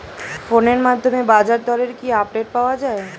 ফোনের মাধ্যমে বাজারদরের কি আপডেট পাওয়া যায়?